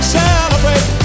celebrate